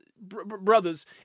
brothers